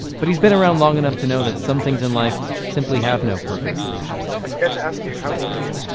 but he's been around long enough to know that some things in life simply have no perfect solutions i forgot to ask you how old are you?